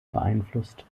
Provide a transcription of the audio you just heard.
beeinflusst